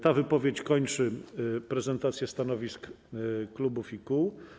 Ta wypowiedź kończy prezentację stanowisk klubów i kół.